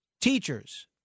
teachers